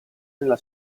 nella